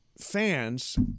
fans